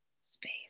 space